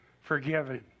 forgiven